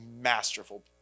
masterful